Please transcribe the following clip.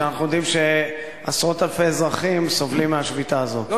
כשאנחנו יודעים שעשרות אלפי אזרחים סובלים מהשביתה הזאת?